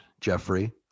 Jeffrey